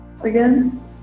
again